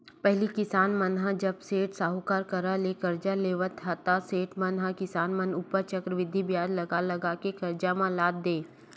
पहिली किसान मन ह जब सेठ, साहूकार करा ले करजा लेवय ता सेठ मन ह किसान मन ऊपर चक्रबृद्धि बियाज लगा लगा के करजा म लाद देय